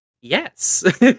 yes